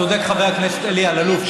צודק חבר הכנסת אלי אלאלוף,